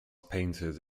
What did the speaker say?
painted